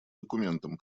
документом